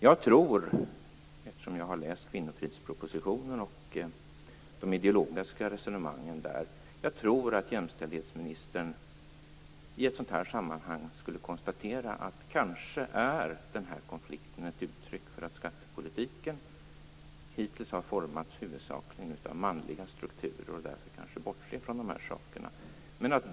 Jag tror, eftersom jag har läst kvinnofridspropositionen och de ideologiska resonemangen där, att jämställdhetsministern i ett sådant här sammanhang skulle konstatera att den här konflikten är ett uttryck för att skattepolitiken hittills har formats huvudsakligen av manliga strukturer och därför kanske bortser från de här sakerna.